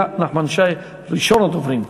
היה נחמן שי ראשון הדוברים.